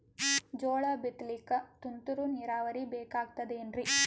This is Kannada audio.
ಜೋಳ ಬಿತಲಿಕ ತುಂತುರ ನೀರಾವರಿ ಬೇಕಾಗತದ ಏನ್ರೀ?